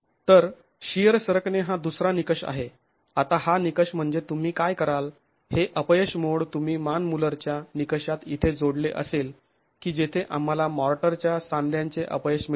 तर शिअर सरकणे हा दुसरा निकष आहे आता हा निकष म्हणजे तुम्ही काय कराल हे अपयश मोड तुम्ही मान मुल्लरच्या निकषात इथे जोडले असेल की जेथे आम्हाला मॉर्टरच्या सांध्यांचे अपयश मिळते